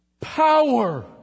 Power